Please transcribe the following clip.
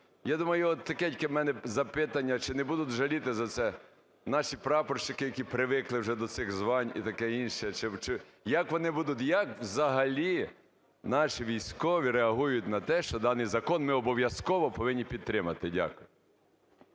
я думаю, отаке у мене запитання, чи не будуть жаліти за це наші прапорщики, які привикли вже до цих звань, і таке інше? Чи... Як вони будуть, як взагалі наші військові реагують на те, що даний закон ми обов'язково повинні підтримати? Дякую.